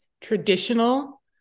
traditional